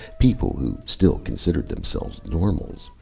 people who still considered themselves normals,